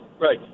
right